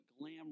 glam